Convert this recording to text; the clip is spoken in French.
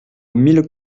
mille